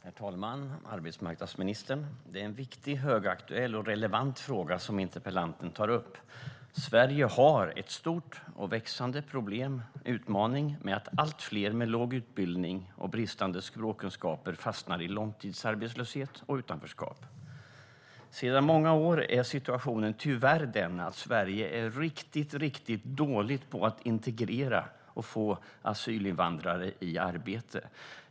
Herr talman, arbetsmarknadsministern! Det är en viktig, högaktuell och relevant fråga som interpellanten tar upp. Sverige har ett stort och växande problem och en utmaning i att allt fler med låg utbildning och bristande språkkunskaper fastnar i långtidsarbetslöshet och utanförskap. Sedan många år är situationen tyvärr den att Sverige är riktigt dåligt på att integrera och få asylinvandrare i arbete.